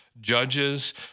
judges